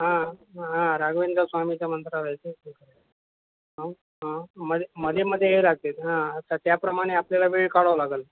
हा हा राघवेंद्र स्वामीचा मंत्रालय हा हा मध्ये मध्ये हे लागतील हा त्याप्रमाणे आपल्याला वेळ काढावा लागेल